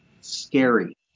scary